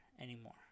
anymore